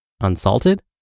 Unsalted